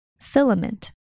Filament